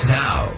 now